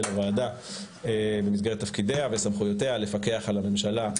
הוועדה במסגרת תפקידיה וסמכויותיה לפקח על הממשלה,